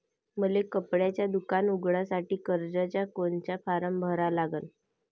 मले कपड्याच दुकान उघडासाठी कर्जाचा कोनचा फारम भरा लागन?